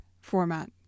format